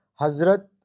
Hazrat